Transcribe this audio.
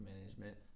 management